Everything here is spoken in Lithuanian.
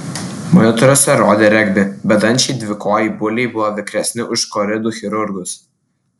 monitoriuose rodė regbį bedančiai dvikojai buliai buvo vikresni už koridų chirurgus